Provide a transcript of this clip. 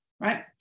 Right